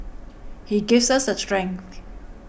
he gives us the strength